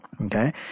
Okay